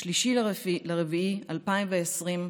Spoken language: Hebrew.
ב-3 באפריל 2020,